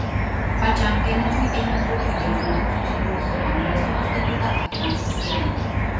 pačiam kenedžiui ėmė trūkti jėgų susidūrus su kongreso pastatyta akmens siena